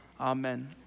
Amen